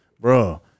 bro